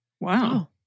Wow